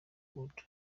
good